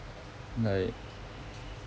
like